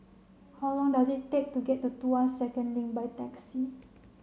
how long does it take to get to Tuas Second Link by taxi